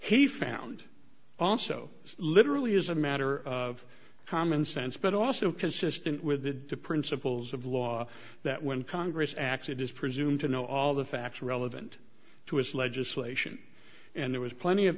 he found also literally as a matter of common sense but also consistent with the principles of law that when congress acts it is presumed to know all the facts relevant to his legislation and there was plenty of